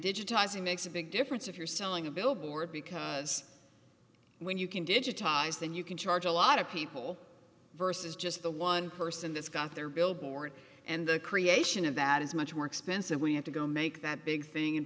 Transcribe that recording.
digitizing makes a big difference if you're selling a billboard because when you can digitize then you can charge a lot of people versus just the one person that's got their billboard and the creation of that is much more expensive we have to go make that big thing and